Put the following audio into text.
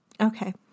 Okay